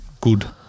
good